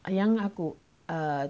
a young ah gu